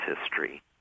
history